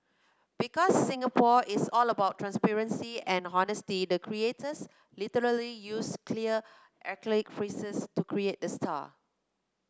because Singapore is all about transparency and honesty the creators literally used clear acrylic to create the star